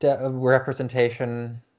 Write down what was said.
representation